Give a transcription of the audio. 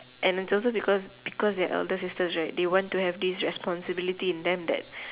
and its also because because they are elder sister right they want to have this responsibility in them that